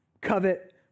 covet